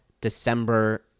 December